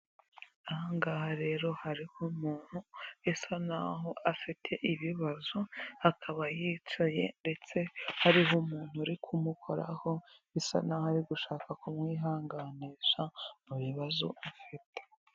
Aha ngaha rero hariho umuntu bisa naho afite ibibazo, akaba yicaye ndetse hariho umuntu uri kumukoraho, bisa naho ari gushaka kumwihanganisha mu bibazo afite.